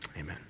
amen